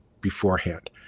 beforehand